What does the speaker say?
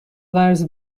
قرض